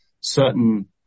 certain